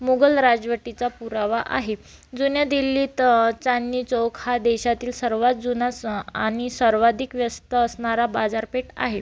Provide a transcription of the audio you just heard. मुगल राजवटीचा पुरावा आहे जुन्या दिल्लीत चांदणी चौक हा देशातील सर्वात जुना आणि सर्वाधिक व्यस्त असणारा बाजारपेठ आहे